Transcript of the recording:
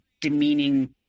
demeaning